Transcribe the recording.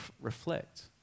reflect